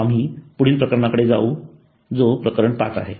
आम्ही पुढील प्रकरणाकडे जाऊ जो प्रकरण पाच आहे